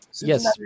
Yes